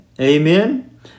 Amen